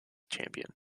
champion